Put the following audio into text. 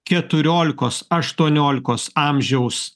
keturiolikos aštuoniolikos amžiaus